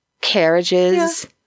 Carriages